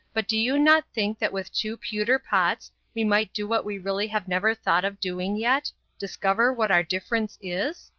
but do you not think that with two pewter pots we might do what we really have never thought of doing yet discover what our difference is?